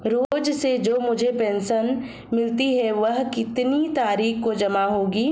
रोज़ से जो मुझे पेंशन मिलती है वह कितनी तारीख को जमा होगी?